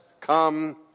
come